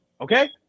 okay